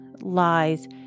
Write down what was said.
lies